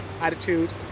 attitude